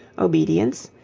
obedience,